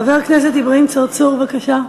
חבר הכנסת אברהים צרצור, בבקשה.